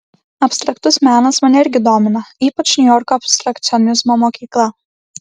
abstraktus menas mane irgi domina ypač niujorko abstrakcionizmo mokykla